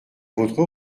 votre